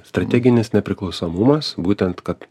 strateginis nepriklausomumas būtent kad